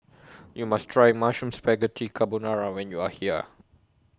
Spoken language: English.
YOU must Try Mushroom Spaghetti Carbonara when YOU Are here